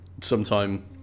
sometime